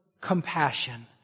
compassion